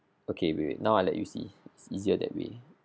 okay wait wait now I let you see it's easier that way